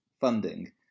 funding